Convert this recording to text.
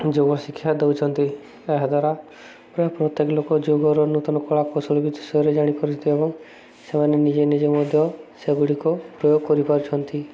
ଯୋଗ ଶିକ୍ଷା ଦେଉଛନ୍ତି ଏହାଦ୍ୱାରା ପ୍ରାୟ ପ୍ରତ୍ୟେକ ଲୋକ ଯୋଗର ନୂତନ କଳାକୌଶଳ ବି ବିଷୟରେ ଜାଣିପାରୁଛନ୍ତି ଏବଂ ସେମାନେ ନିଜେ ନିଜେ ମଧ୍ୟ ସେଗୁଡ଼ିକ ପ୍ରୟୋଗ କରିପାରୁଛନ୍ତି